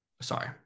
Sorry